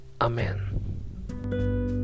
Amen